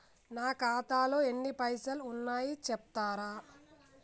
నా ఖాతాలో ఎన్ని పైసలు ఉన్నాయి చెప్తరా?